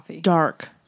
dark